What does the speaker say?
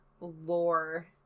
lore